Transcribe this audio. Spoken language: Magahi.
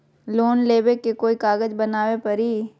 लोन लेबे ले कोई कागज बनाने परी?